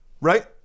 right